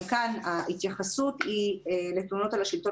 גם כאן ההתייחסות היא לתלונות על השלטון